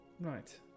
Right